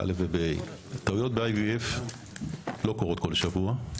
טעויות ב-IVF לא קורות כל שבוע.